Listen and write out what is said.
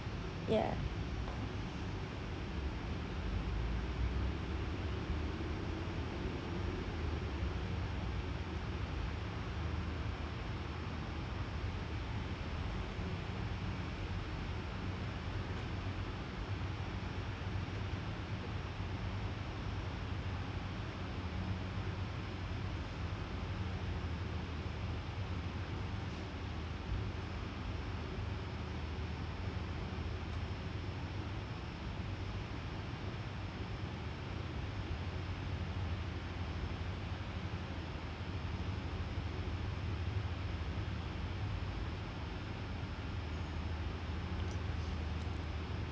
ya